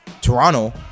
Toronto